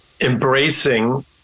embracing